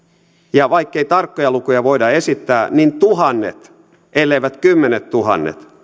ja vaikkei tarkkoja lukuja voida esittää niin tuhannet elleivät kymmenettuhannet